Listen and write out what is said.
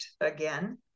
again